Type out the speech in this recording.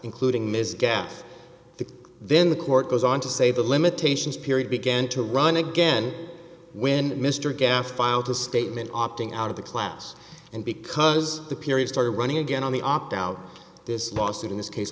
including ms gaff then the court goes on to say the limitations period began to run again when mr gaff filed a statement opting out of the class and because the period started running again on the opt out this lawsuit in this case